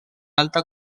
alta